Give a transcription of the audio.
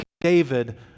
David